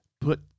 put